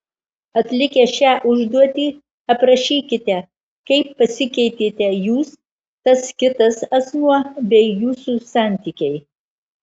atlikę šią užduotį aprašykite kaip pasikeitėte jūs tas kitas asmuo bei jūsų santykiai